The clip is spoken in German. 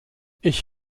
ich